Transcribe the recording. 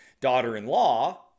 daughter-in-law